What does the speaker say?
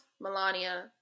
Melania